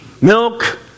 milk